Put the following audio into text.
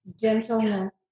gentleness